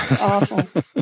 awful